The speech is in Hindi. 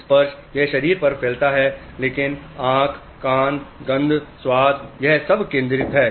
स्पर्श यह शरीर पर फैलता है लेकिन आंख कान गंध स्वाद सब कुछ केंद्रित है